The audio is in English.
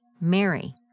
Mary